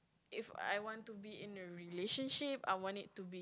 if I want to be in a relationship I want it to be